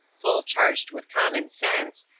full-charged with common sense,